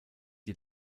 die